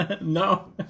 No